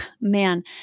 man